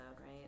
right